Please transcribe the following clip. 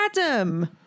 Adam